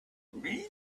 three